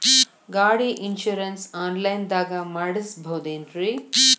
ಗಾಡಿ insurance online ದಾಗ ಮಾಡಸ್ಬಹುದೆನ್ರಿ?